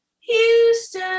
houston